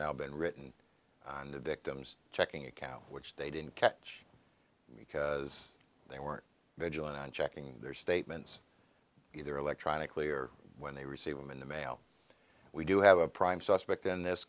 now been written on the victim's checking account which they didn't catch because they weren't vigilant on checking their statements either electronically or when they receive them in the mail we do have a prime suspect in this